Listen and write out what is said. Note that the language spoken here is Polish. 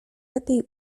lepiej